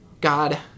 God